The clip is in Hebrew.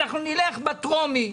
אנחנו נלך בטרומית,